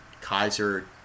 Kaiser –